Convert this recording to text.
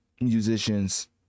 musicians